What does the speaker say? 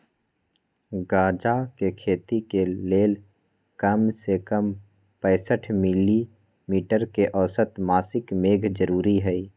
गजा के खेती के लेल कम से कम पैंसठ मिली मीटर के औसत मासिक मेघ जरूरी हई